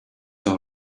all